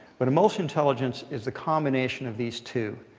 but most intelligence is the combination of these two.